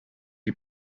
die